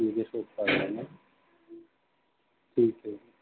ٹھیک ہے شاپ میں آ جائیں گے ٹھیک ہے